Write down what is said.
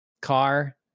car